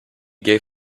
gave